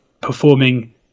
performing